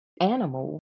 animal